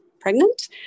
pregnant